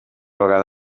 vegada